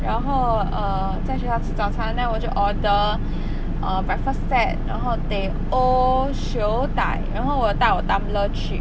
然后 err 在学校吃早餐 then 我就 order err breakfast set 然后 teh O siew dai 然后我带我 tumbler 去